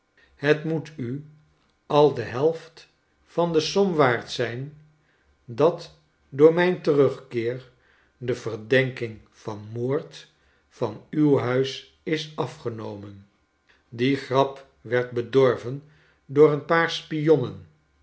het moet u al de helft van de som waard zijn dat door mijn terugkeer de verdenking van moord van uw huis is afgenomen die grap werd bedorven door een paar spionnen